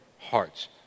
hearts